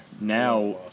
now